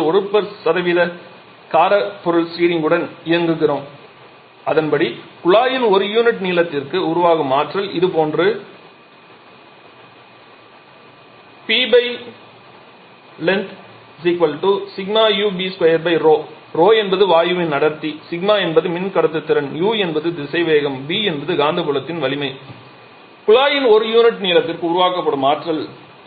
5 முதல் 1 கார பொருள் சீடிங்குடன் இயக்குகிறோம் அதன்படி குழாயின் ஒரு யூனிட் நீளத்திற்கு உருவாகும் ஆற்றல் இது போன்று 𝑃𝑙𝑒𝑛𝑔𝑡ℎ 𝜎𝑈𝐵2𝜌 இதில் 𝜌 என்பது வாயுவின் அடர்த்தி σ என்பது மின் கடத்துத்திறன் U என்பது திசைவேகம் B என்பது காந்தப்புலத்தின் வலிமை குழாயின் ஒரு யூனிட் நீளத்திற்கு உருவாக்கப்படும் ஆற்றல்